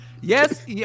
yes